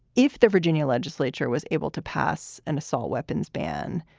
if the virginia legislature was able to pass an assault weapons ban,